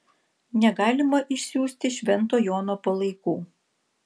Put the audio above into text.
negalima išsiųsti švento jono palaikų